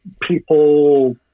people